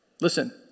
Listen